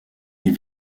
les